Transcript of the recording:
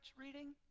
reading